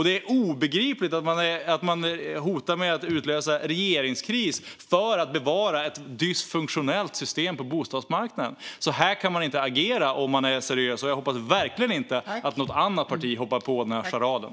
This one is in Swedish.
Det är också obegripligt att man hotar med att utlösa en regeringskris för att bevara ett dysfunktionellt system på bostadsmarknaden. Så här kan man inte agera om man är seriös, och jag hoppas verkligen inte att något annat parti hoppar på den här charaden.